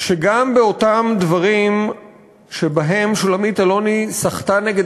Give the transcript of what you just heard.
שגם באותם דברים שבהם שולמית אלוני שחתה נגד